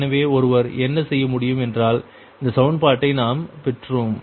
எனவே ஒருவர் என்ன செய்ய முடியும் என்றால் இந்த சமன்பாட்டை நாம் பெற்றோம்